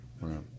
right